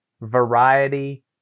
variety